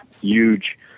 huge